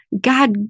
God